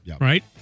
right